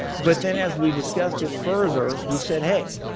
but then as we discussed it further, he said, hey,